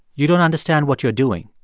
you don't understand what you're doing.